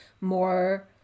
More